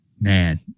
man